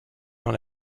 dans